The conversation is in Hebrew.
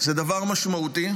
זה דבר משמעותי.